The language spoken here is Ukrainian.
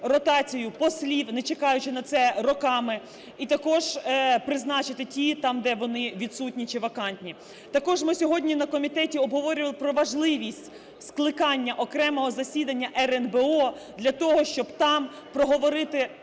ротацію послів, не чекаючи на це роками, і також призначити ті там, де вони відсутні чи вакантні. Також ми сьогодні на комітеті обговорювали про важливість скликання окремого засідання РНБО для того, щоб там проговорити